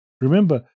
Remember